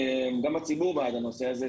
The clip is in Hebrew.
גם הציבור בעד הנושא הזה,